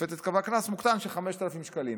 השופטת קבעה קנס מוקטן של 5,000 שקלים,